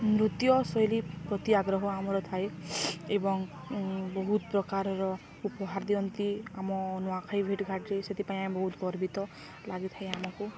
ନୃତ୍ୟ ଶୈଳୀ ପ୍ରତି ଆଗ୍ରହ ଆମର ଥାଏ ଏବଂ ବହୁତ ପ୍ରକାରର ଉପହାର ଦିଅନ୍ତି ଆମ ନୂଆଖାଇ ଭେଟ ଘାଟରେ ସେଥିପାଇଁ ଆମେ ବହୁତ ଗର୍ବିତ ଲାଗିଥାଏ ଆମକୁ